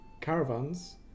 caravans